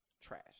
Trash